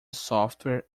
software